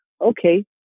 okay